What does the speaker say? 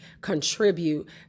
contribute